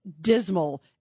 dismal